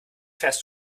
fährst